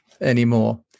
anymore